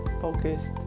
focused